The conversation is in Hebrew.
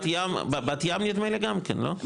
בת ים, נדמה לי גם כן, לא ?